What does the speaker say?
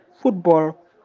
football